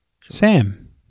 Sam